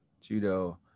Judo